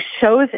shows